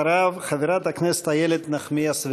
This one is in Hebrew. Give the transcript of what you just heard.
אדוני, ואחריו, חברת הכנסת איילת נחמיאס ורבין.